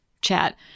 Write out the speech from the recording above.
chat